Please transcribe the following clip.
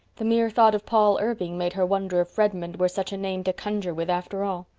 the mere thought of paul irving made her wonder if redmond were such a name to conjure with after all.